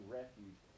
refuge